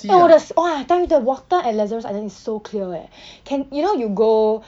eh 我的 s~ !wah! I tell you the water at lazarus island is so clear eh can you know you go